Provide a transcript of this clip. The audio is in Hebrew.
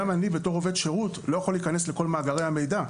גם אני בתור עובד שירות לא יכול להיכנס לכל מאגרי המידע.